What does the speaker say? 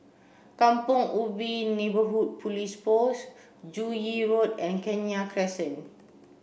Kampong Ubi Neighbourhood Police Post Joo Yee Road and Kenya Crescent